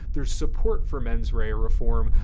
there's support for mens rea reform,